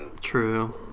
true